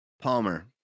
Palmer